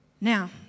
Now